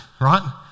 right